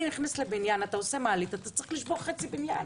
אני נכנסת לבניין אם אני עושה מעלית צריך גם לשבור חצי בניין.